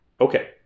Okay